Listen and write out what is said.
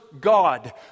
God